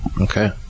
Okay